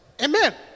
Amen